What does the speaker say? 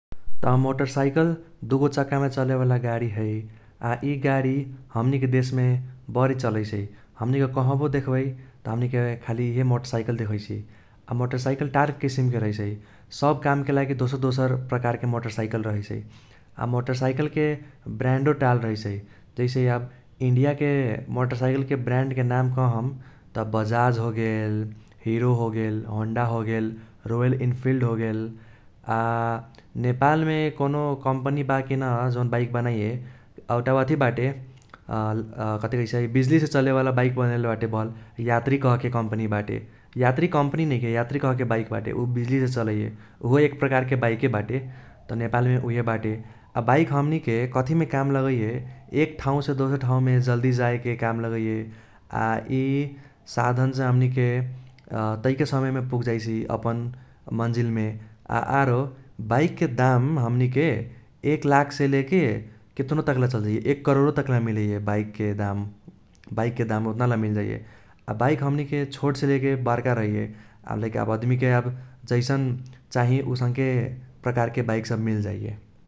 त मोटरसाइकल दुगो छक्कामे चलेवाला गाडी है। आ इ गाडी हमनीके देशमे बरी चलैसै । हमनीके कहबो देख्बै त हमनीके खाली इहे मोटरसाइकल देखैसियै । आ मोटरसाइकल टाल किसिमके रहैसै, सब कामके लागि दोसर दोसर प्रकारके मोटरसाइकल रहैसै । आ मोटोरसाइकलके ब्रांडो टाल रहैसै जैसे आब इंडियाके मोटोरसाइकलके ब्रांडके नाम कहम त बजाज होगेल, हीरो होगेल, होंडा होगेल, रॉयल एनफील्ड होगेल । आ नेपालमे कौनो कंपनी बा कि न जौन बाइक बनाइये । एउटा अथि बाटे कथी कहैसै बिज्लीसे चलेवाला बाइक बनैले बाटे भल यात्री कहके कंपनी बाटे । यात्री कंपनी नैखे यात्री कहके बाइक बाटे उ बिज्लीसे चलैये। उहो एक प्रकारके बाइके बाटे, त नेपालमे उइहे बाटे । आ बाइक हमनीके कथीमे काम लगैये एक ठाउसे दोसर ठाउमे जल्दी जाएके काम लगैये। आ इ साधनसे हमनीके टैके समयमे पुगजाइसि अपन मंजिलमे । आ आरो बाइकके दाम हमनीके एक लाखसे लेके केतनो तक्ला चल जाइये एक करोड़ो तक्ला मिलैये बाइकके दाम बाइकके दाम ओत्नाला मिलजाइये । आ बाइक हमनीके छोटसे लेके बर्का रहैये । अदमिके आब जैसन चाही उसङ्के प्रकारके बाइक सब मिलजाइये ।